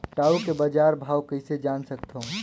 टाऊ के बजार भाव कइसे जान सकथव?